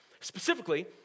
Specifically